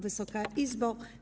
Wysoka Izbo!